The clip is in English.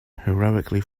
heroically